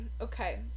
Okay